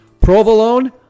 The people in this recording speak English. Provolone